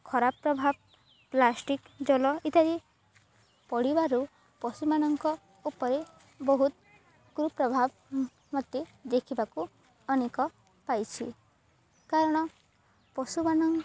ଖରାପ ପ୍ରଭାବ ପ୍ଲାଷ୍ଟିକ୍ ଜଳ ଇତ୍ୟାଦି ପଡ଼ିବାରୁ ପଶୁମାନଙ୍କ ଉପରେ ବହୁତ କୁପ୍ରଭାବ ମୋତେ ଦେଖିବାକୁ ଅନେକ ପାଇଛି କାରଣ ପଶୁମାନ